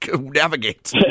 navigate